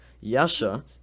yasha